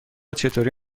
چطوری